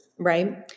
right